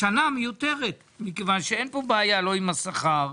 השנה מיותרת מכיוון שאין כאן בעיה עם השכר,